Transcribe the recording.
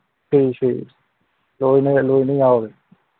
ꯁꯨꯏ ꯁꯨꯏ ꯂꯣꯏꯅ ꯂꯣꯏꯅ ꯌꯥꯎꯋꯦ